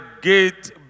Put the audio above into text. gate